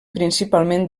principalment